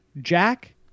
Jack